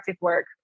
work